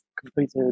completed